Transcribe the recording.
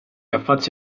affacci